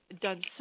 done